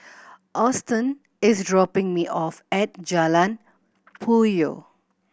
Auston is dropping me off at Jalan Puyoh